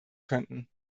könnten